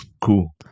Cool